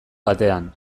batean